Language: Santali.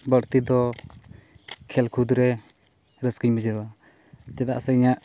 ᱵᱟᱹᱲᱛᱤ ᱫᱚ ᱠᱷᱮᱹᱞᱼᱠᱩᱫᱽᱨᱮ ᱨᱟᱹᱥᱠᱟᱹᱧ ᱵᱩᱡᱷᱟᱹᱣᱟ ᱪᱮᱫᱟᱜ ᱥᱮ ᱤᱧᱟᱹᱜ